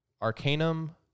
Arcanum